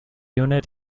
unit